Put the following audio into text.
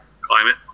climate